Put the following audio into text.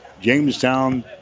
Jamestown